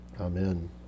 Amen